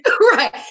right